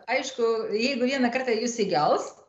aišku jeigu vieną kartą jus įgels